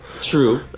True